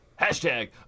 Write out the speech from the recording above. Hashtag